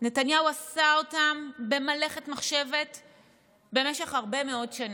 נתניהו עשה אותם במלאכת מחשבת במשך הרבה מאוד שנים.